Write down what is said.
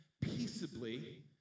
peaceably